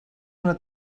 una